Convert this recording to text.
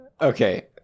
Okay